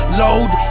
load